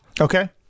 Okay